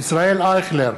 ישראל אייכלר,